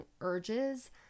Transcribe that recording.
urges